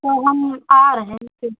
तो हम आ रहे हैं फिर